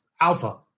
alpha